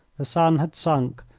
the sun had sunk,